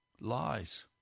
lies